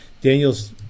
Daniel's